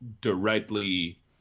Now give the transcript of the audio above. directly